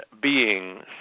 beings